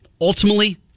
Ultimately